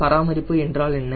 பராமரிப்பு என்றால் என்ன